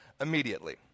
immediately